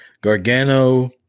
Gargano